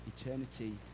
Eternity